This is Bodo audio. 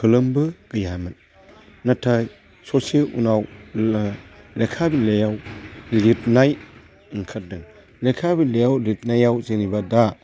खोलोमबो गैयामोन नाथाय ससे उनाव लेखा बिलाइयाव लिरनाय ओंखारदों लेखा बिलाइयाव लिरनायाव जेनेबा दा